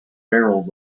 barrels